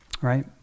right